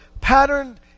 patterned